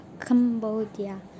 Cambodia